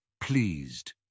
pleased